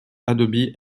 adobe